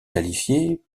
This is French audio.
qualifiés